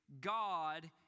God